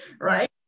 right